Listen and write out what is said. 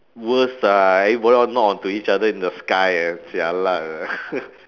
worse ah everybody all knock into each other in the sky jialat eh